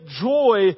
joy